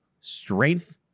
strength